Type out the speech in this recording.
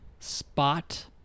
Spot